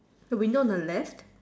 so we know the left